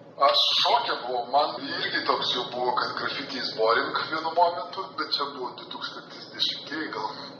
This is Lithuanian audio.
aš šoke buvau man irgi toks jau buvo kad grafiti iz boing vienu momentu bet čia buvo du tūkstantis dešimtieji gal